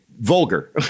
vulgar